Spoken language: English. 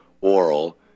oral